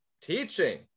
teaching